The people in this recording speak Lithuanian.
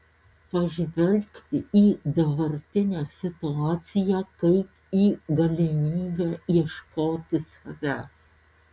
pažvelgti į dabartinę situaciją kaip į galimybę ieškoti savęs